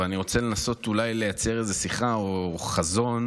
אבל אני רוצה לייצר איזו שיחה או חזון,